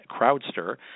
Crowdster